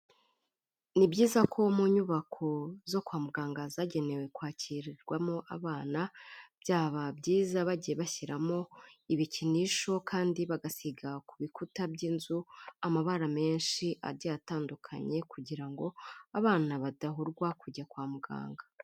Ni byiza ko mu nyubako zo kwa muganga zagenewe kwakirirwamo abana, byaba byiza bagiye bashyiramo ibikinisho kandi bagasiga ku bikuta by'inzu amabara menshi agiye atandukanye kugira ngo abana badahurwa kujya kwa muganga.